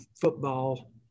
football